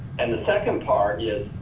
and the second part is,